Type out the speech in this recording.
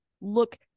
look